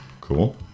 Cool